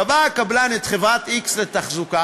קבע הקבלן את חברה x לתחזוקה,